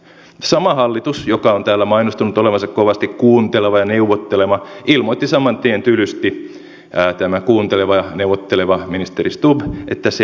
sama hallitus joka on täällä mainostanut olevansa kovasti kuunteleva ja neuvotteleva ilmoitti saman tien tylysti tämä kuunteleva ja neuvotteleva ministeri stubb että se ei käy